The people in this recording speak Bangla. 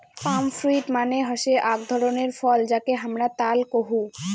পাম ফ্রুইট মানে হসে আক ধরণের ফল যাকে হামরা তাল কোহু